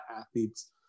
athletes